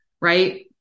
right